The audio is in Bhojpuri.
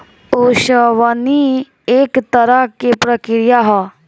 ओसवनी एक तरह के प्रक्रिया ह